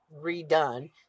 redone